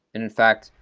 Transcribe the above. and in fact,